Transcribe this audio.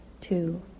Two